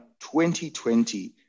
2020